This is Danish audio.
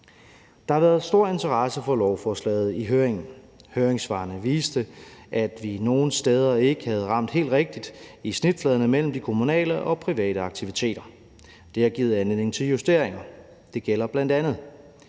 Der har været stor interesse for lovforslaget under høringen. Høringssvarene viste, at vi nogle steder ikke havde ramt helt rigtigt i snitfladerne mellem de kommunale og private aktiviteter. Det har givet anledning til justeringer. Det gælder bl.a., at